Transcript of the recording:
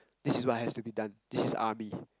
this is what has to be done this is army